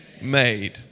made